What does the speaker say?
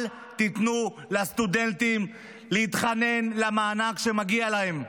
אל תיתנו לסטודנטים להתחנן למענק שמגיע להם.